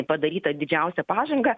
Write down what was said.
padarytą didžiausią pažangą